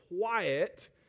quiet